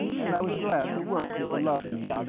and i was glad the work-people loved me.